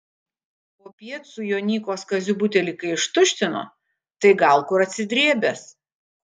popiet su jonykos kaziu butelį kai ištuštino tai gal kur atsidrėbęs